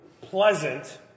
pleasant